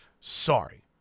sorry